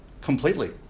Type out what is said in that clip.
completely